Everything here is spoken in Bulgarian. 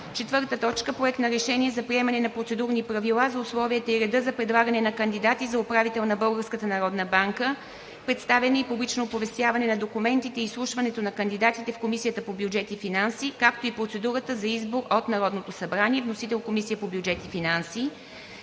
2021 г. 4. Проект на решение за приемане на процедурни правила за условията и реда за предлагане на кандидати за управител на Българска народна банка. Представени и публично оповестяване на документите и изслушването на кандидатите в Комисията по бюджет и финанси, както и процедурата за избор от Народното събрание. Вносител – Комисията по бюджет и финанси.